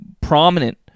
prominent